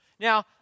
Now